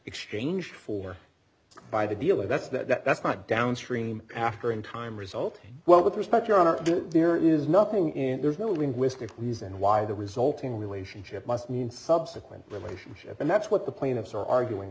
exchanged for by the dealer that's that that's not downstream after in time result well with respect your honor there is no there's no linguistic reason why the resulting relationship must mean subsequent relationship and that's what the plaintiffs are arguing